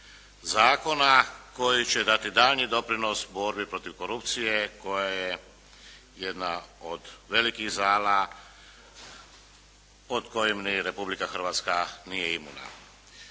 zakona koji će dati daljnji doprinos borbi protiv korupcije koja je jedna od velikih zala pod kojim ni Republika Hrvatska nije imuna.